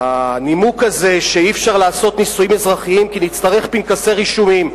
הנימוק שאי-אפשר לעשות נישואין אזרחיים כי נצטרך פנקסי רישומים,